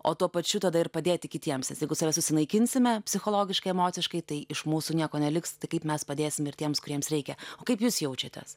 o tuo pačiu tada ir padėti kitiems nes jeigu save susinaikinsime psichologiškai emociškai tai iš mūsų nieko neliks tai kaip mes padėsim ir tiems kuriems reikia kaip jūs jaučiatės